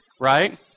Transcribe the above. right